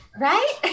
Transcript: right